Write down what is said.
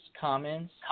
comments